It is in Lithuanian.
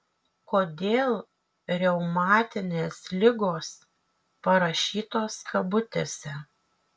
kodėl reumatinės ligos parašytos kabutėse